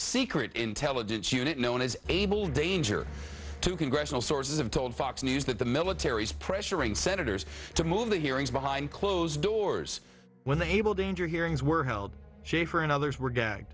secret intelligence unit known as able danger to congressional sources have told fox news that the military is pressuring senators to move the hearings behind closed doors when the able danger hearings were held schieffer and others were gag